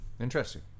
Interesting